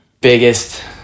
biggest